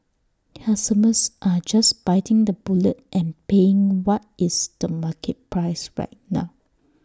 customers are just biting the bullet and paying what is the market price right now